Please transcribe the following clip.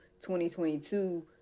2022